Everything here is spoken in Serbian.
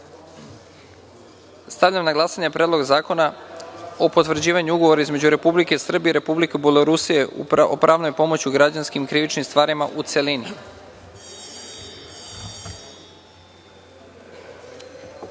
STVARIMA.Stavljam na glasanje Predlog zakona o izmeni potvrđivanju Ugovora između Republike Srbije i Republike Belorusije o pravnoj pomoći u građanskim i krivičnim stvarima, u celini. Mislite